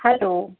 હાલો